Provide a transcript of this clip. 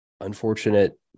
unfortunate